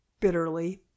bitterly